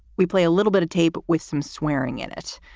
we play a little bit of tape with some swearing in it.